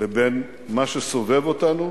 לבין מה שסובב אותנו,